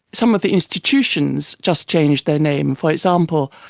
some of the institutions just changed their name. for example,